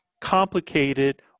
complicated